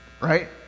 right